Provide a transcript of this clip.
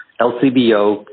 LCBO